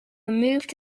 moved